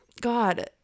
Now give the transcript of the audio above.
God